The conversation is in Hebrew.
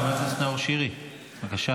חבר הכנסת נאור שירי, בבקשה.